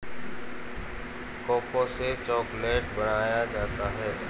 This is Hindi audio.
कोको से चॉकलेट बनाया जाता है